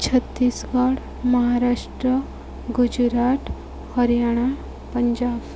Chhattisgarh Maharashtra Gujarat Haryana Punjab